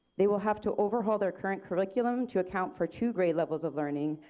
they will have to overhaul their current curriculum to account for two grade levels of learning,